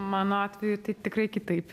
mano atveju tai tikrai kitaip